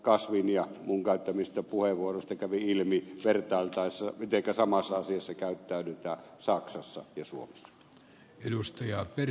kasvin ja minun käyttämistä puheenvuoroista kävi ilmi vertailtaessa mitenkä samassa asiassa käyttäydytään saksassa ja suomessa